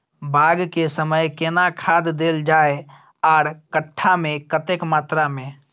बाग के समय केना खाद देल जाय आर कट्ठा मे कतेक मात्रा मे?